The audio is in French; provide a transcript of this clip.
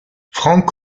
franck